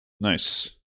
Nice